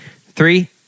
three